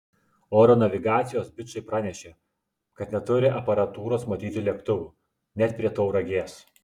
oro navigacijos bičai pranešė kad neturi aparatūros matyti lėktuvų net prie tauragės